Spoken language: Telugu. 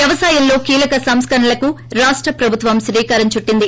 వ్యవసాయంలో కీలక సంస్కరణలకు రాష్ట ప్రభుత్వం శ్రీకారం చుట్లింది